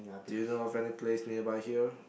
do you know of any place nearby here